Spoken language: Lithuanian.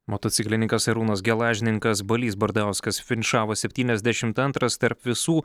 motociklininkas arūnas gelažninkas balys bardauskas finišavo septyniasdešimt antras tarp visų